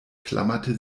klammerte